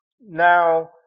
Now